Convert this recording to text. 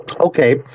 okay